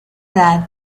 edad